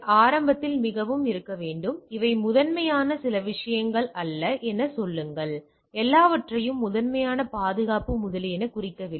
ஆரம்பத்தில் மிகவும் இருக்க வேண்டும் இவை முதன்மையாக சில விஷயங்கள் அல்ல என்று சொல்லுங்கள் எல்லாவற்றையும் முதன்மையாக பாதுகாப்பு முதலியன குறிக்கவில்லை